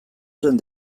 zuen